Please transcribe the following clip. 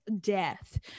death